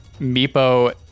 Meepo